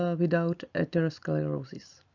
ah without atherosclerosis.